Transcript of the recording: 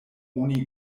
oni